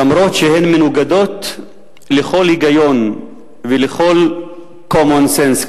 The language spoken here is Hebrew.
אף-על-פי שהן מנוגדות לכל היגיון ולכלcommon sense ,